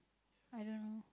I don't know